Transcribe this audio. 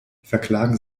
verklagen